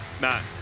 matt